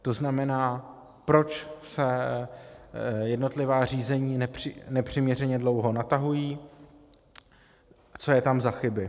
To znamená, proč se jednotlivá řízení nepřiměřeně dlouho natahují, co je tam za chyby.